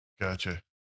Gotcha